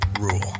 rule